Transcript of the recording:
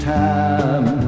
time